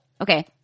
Okay